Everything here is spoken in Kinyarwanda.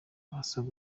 asaba